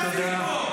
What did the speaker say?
נכון.